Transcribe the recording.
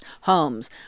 homes